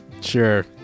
Sure